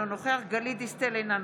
אינו נוכח גלית דיסטל אטבריאן,